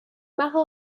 mache